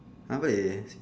I want it